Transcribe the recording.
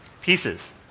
pieces